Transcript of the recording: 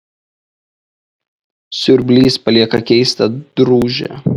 siurblys palieka keistą drūžę